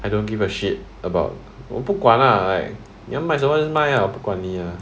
I don't give a shit about 我不管啦 like 你要买什么卖 just 卖啦我不管你啦